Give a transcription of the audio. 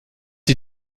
die